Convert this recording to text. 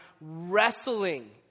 wrestling